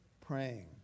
praying